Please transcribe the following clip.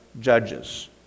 judges